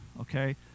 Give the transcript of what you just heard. Okay